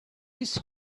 his